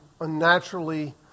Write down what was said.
unnaturally